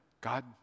God